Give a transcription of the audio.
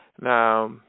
Now